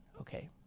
Okay